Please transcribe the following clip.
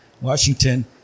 Washington